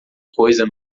coisa